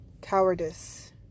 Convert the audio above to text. cowardice